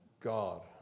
God